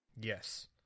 Yes